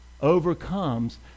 overcomes